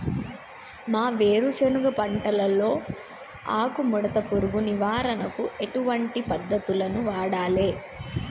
మా వేరుశెనగ పంటలో ఆకుముడత పురుగు నివారణకు ఎటువంటి పద్దతులను వాడాలే?